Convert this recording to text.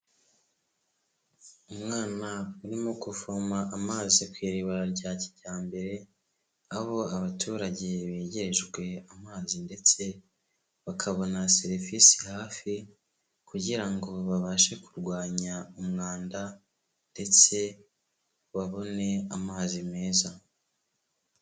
Umwana urimo kuvoma amazi ku iriba rya kijyambere, aho abaturage begerejwe amazi ndetse bakabona serivisi hafi kugira ngo babashe kurwanya umwanda ndetse babone amazi meza.